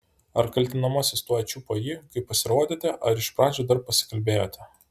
ar kaltinamasis tuoj čiupo jį kai pasirodėte ar iš pradžių dar pasikalbėjote